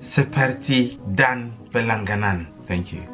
seperti dan belling gannon thank you